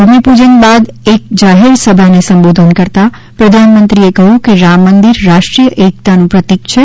ભૂમિપૂજન બાદ એક જાહેર સભાને સંબોધન કરતાં પ્રધાનમંત્રીએ કહ્યું કે રામ મંદિર રાષ્ટ્રીય એકતાનું પ્રતિક છે